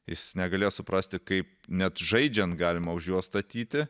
jis negalėjo suprasti kaip net žaidžiant galima už juos statyti